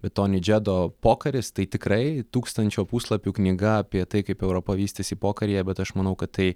bet toni džedo pokaris tai tikrai tūkstančio puslapių knyga apie tai kaip europa vystėsi pokaryje bet aš manau kad tai